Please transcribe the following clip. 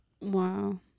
Wow